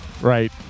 right